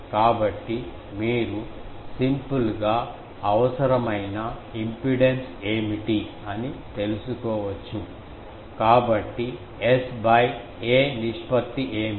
కాబట్టి మీరు సింపుల్ గా అవసరమైన ఇంపిడెన్స్ ఏమిటి అని తెలుసుకోవచ్చు కాబట్టి S a నిష్పత్తి ఏమిటి